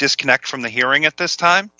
disconnect from the hearing at this time